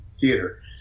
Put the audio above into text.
theater